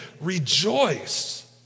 rejoice